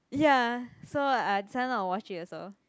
ya so I decided not to watch it also